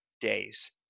days